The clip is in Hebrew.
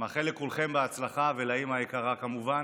אני מאחל לכולכם הצלחה, והאימא היקרה, כמובן.